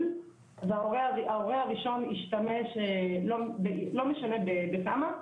וההורה הראשון השתמש לא משנה בכמה,